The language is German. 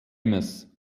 amos